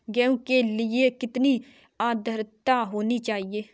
गेहूँ के लिए कितनी आद्रता होनी चाहिए?